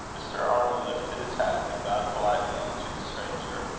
mr. arnold lifted his hat and bowed politely to the stranger.